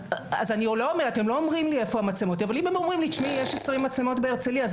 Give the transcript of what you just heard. הם לא אומרים לי היכן המצלמות אבל אם הם אומרים שיש 20 מצלמות בהרצליה,